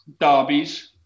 derbies